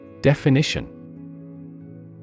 Definition